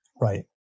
Right